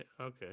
Okay